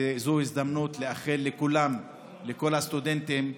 וזו הזדמנות לאחל לכולם, לכל הסטודנטים,